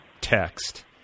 text